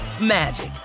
magic